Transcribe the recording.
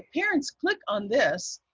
parents click on this,